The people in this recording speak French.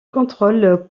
contrôlent